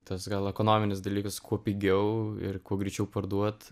tas gal ekonominis dalykas kuo pigiau ir kuo greičiau parduot